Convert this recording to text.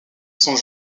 sont